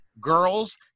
Girls